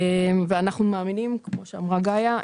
ואנחנו מאמינים כמו שאמרה גאיה,